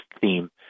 theme